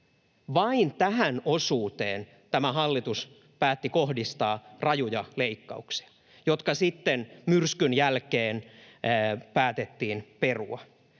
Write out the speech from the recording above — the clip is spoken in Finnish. Vain tähän osuuteen tämä hallitus päätti kohdistaa rajuja leikkauksia, jotka sitten myrskyn jälkeen päätettiin perua.